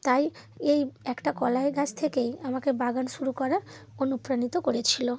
তাই এই একটা কলাই গাছ থেকেই আমাকে বাগান শুরু করা অনুপ্রাণিত করেছিল